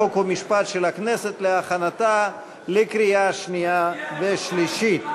חוק ומשפט של הכנסת להכנתה לקריאה שנייה ושלישית.